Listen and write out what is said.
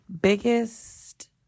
Biggest